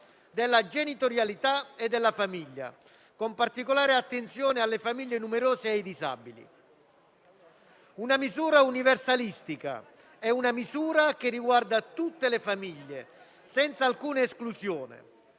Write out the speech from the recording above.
della genitorialità e della famiglia, con particolare attenzione alle famiglie numerose e ai disabili. Si tratta di una misura universalistica, che riguarda tutte le famiglie, senza alcuna esclusione.